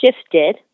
shifted